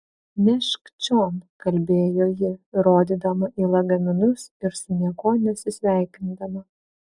nešk čion kalbėjo ji rodydama į lagaminus ir su niekuo nesisveikindama